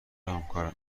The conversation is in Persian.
همکارم